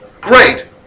great